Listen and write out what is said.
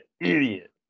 idiot